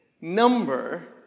number